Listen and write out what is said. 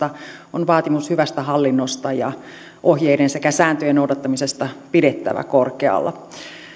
on vaatimus hyvästä hallinnosta ja ohjeiden sekä sääntöjen noudattamisesta pidettävä korkealla